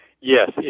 Yes